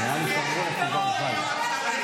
אתם כל יום קמים בבוקר לעולם חדש.